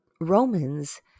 Romans